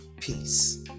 peace